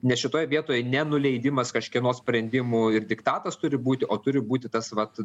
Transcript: nes šitoj vietoj ne nuleidimas kažkieno sprendimų ir diktatas turi būti o turi būti tas vat